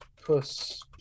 puss